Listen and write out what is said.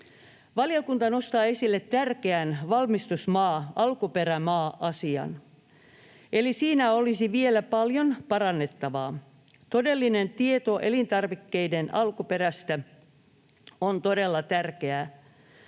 Valiokunta nostaa esille tärkeän valmistusmaa-, alkuperämaa-asian, eli siinä olisi vielä paljon parannettavaa. Todellinen tieto elintarvikkeiden alkuperästä on todella tärkeä.